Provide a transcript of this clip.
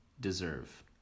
deserve